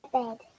bed